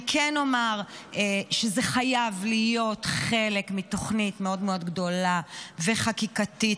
אני כן אומר שזה חייב להיות חלק מתוכנית מאוד מאוד גדולה וחקיקתית,